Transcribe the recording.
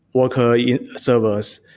worker yeah servers,